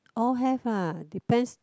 all have ah depends